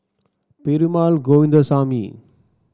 Perumal Govindaswamy